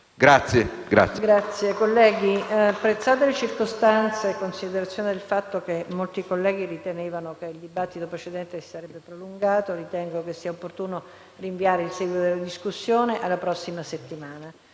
Piccoli). PRESIDENTE. Apprezzate le circostanze e considerando che molti colleghi ritenevano che il dibattito precedente si sarebbe prolungato, ritengo sia opportuno rinviare il seguito della discussione alla prossima settimana.